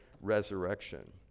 resurrection